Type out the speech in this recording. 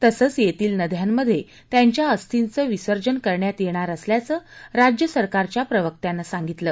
तसंच येथील नद्यांमध्ये त्यांच्या अस्थिंचं विसर्जन करण्यात येणार असल्याचं राज्य सरकारच्या प्रवक्त्यानं सांगितलं